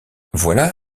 voilà